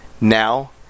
Now